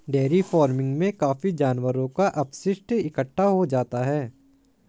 dairy farming में काफी जानवरों का अपशिष्ट इकट्ठा हो जाता है